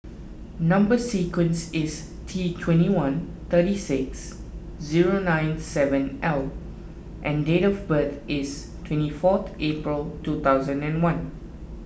Number Sequence is T twenty one thirty six zero nine seven L and date of birth is twenty fourth April two thousand and one